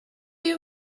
you